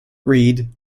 reed